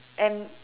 and